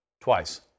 twice